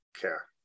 care